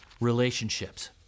relationships